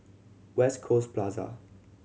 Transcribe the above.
West Coast Plaza